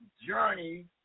Journey